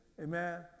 Amen